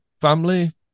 family